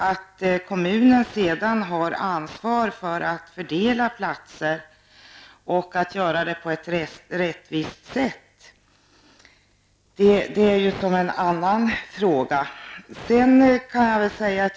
Att kommunen sedan har ansvaret att fördela platserna och att göra detta rättvist är ju en annan sak.